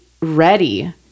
ready